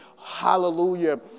Hallelujah